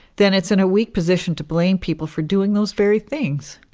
then it's in a weak position to blame people for doing those very things.